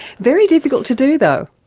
very difficult to do though.